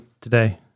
Today